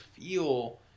feel